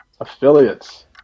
Affiliates